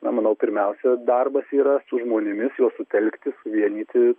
na manau pirmiausia darbas yra su žmonėmis juos sutelkti suvienyti